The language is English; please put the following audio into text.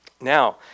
Now